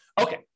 Okay